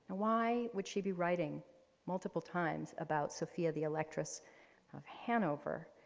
why would she be writing multiple times about sophia the electress of hanover?